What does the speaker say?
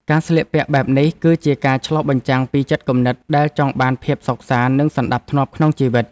ការស្លៀកពាក់បែបនេះ គឺជាការឆ្លុះបញ្ចាំងពីចិត្តគំនិតដែលចង់បានភាពសុខសាន្តនិងសណ្តាប់ធ្នាប់ក្នុងជីវិត។